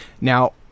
Now